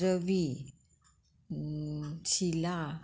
Ravi Shila